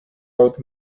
out